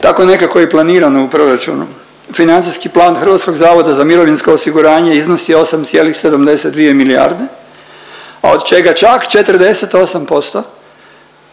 Tako je nekako i planirano u proračunu, Financijski plan HZMO-a iznosi 8,72 milijarde, a od čega čak 48%